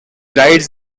writes